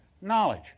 Knowledge